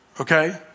Okay